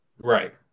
Right